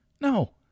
No